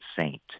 saint